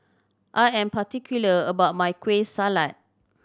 I am particular about my Kueh Salat